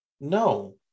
No